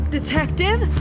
Detective